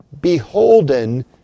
beholden